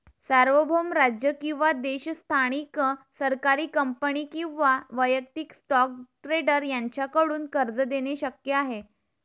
सार्वभौम राज्य किंवा देश स्थानिक सरकारी कंपनी किंवा वैयक्तिक स्टॉक ट्रेडर यांच्याकडून कर्ज देणे शक्य आहे